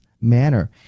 manner